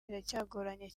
biracyagoranye